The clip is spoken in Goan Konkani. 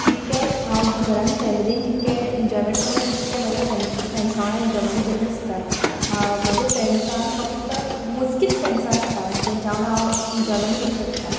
जितकें हांव घरान फेमिलीन जितकें इंजोयमँट करना तितके फ्रेंड्सा वांगडा इंजोयमेंट करीत आसता म्हजे फ्रेंड्सान फक्त मोजकीत फ्रेड्स आसता जांच्या वांगडा हांव इंजोयमँट करूंक शकतां